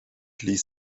ließ